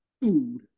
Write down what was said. food